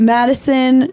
Madison